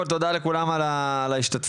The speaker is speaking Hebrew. תודה לכולם על ההשתתפות,